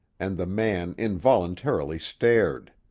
and the man involuntarily stared.